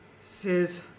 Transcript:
says